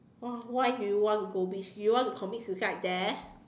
!wah! why do you want to go beach do you want to commit suicide there